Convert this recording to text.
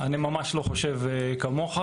אני ממש לא חושב כמוך.